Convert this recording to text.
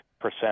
percent